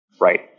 Right